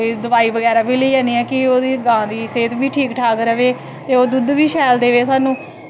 कोई दवाई बगैरा बी लोई आनी आं कि गवां दी सेह्त बी ठीक ठाक रवै ओह् दुध्द बी शैल देऐ साह्नू